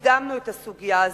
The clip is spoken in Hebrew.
וקידמנו את הסוגיה הזאת.